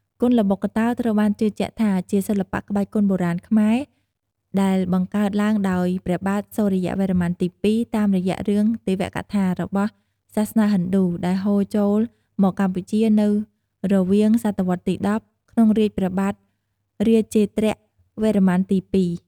គុនល្បុក្កតោ ត្រូវបានជឿជាក់ថា ជាសិល្បៈក្បាច់គុនបុរាណខ្មែរ ដែលបង្កើតឡើងដោយ ព្រះបាទសូរ្យវរ្ម័នទី២ តាមរយៈរឿងទេវៈកថា របស់សាសនាហិណ្ឌូ ដែលហូរចូលមកកម្ពុជានូវរវាងស.វទី១០ ក្នុងរាជព្រះបាទរាជេន្ទ្រវរ្ម័នទី២។